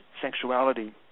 sexuality